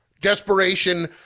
Desperation